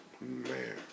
Man